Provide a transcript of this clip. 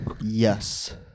Yes